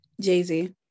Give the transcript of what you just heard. Jay-Z